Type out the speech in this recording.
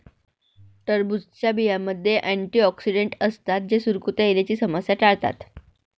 टरबूजच्या बियांमध्ये अँटिऑक्सिडेंट असतात जे सुरकुत्या येण्याची समस्या टाळतात